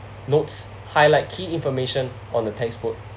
notes highlight key information on a textbook